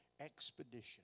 expedition